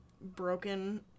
broken